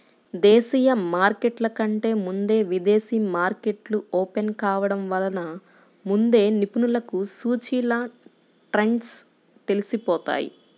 దేశీయ మార్కెట్ల కంటే ముందే విదేశీ మార్కెట్లు ఓపెన్ కావడం వలన ముందే నిపుణులకు సూచీల ట్రెండ్స్ తెలిసిపోతాయి